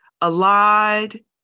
allied